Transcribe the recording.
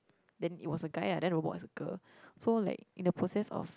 then it was a guy ah then robot was a girl so like in the process of